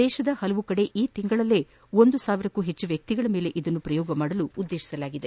ದೇಶದ ಹಲವು ಕಡೆ ಈ ತಿಂಗಳಲ್ಲೇ ಒಂದು ಸಾವಿರಕ್ಕೂ ಹೆಚ್ಚು ವ್ವಕ್ತಿಗಳ ಮೇಲೆ ಇದನ್ನು ಪ್ರಯೋಗಿಸಲು ಉದ್ವೇತಿಸಲಾಗಿದೆ